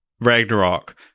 ragnarok